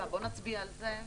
נצביע קודם על הסעיף